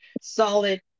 Solid